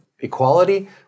Equality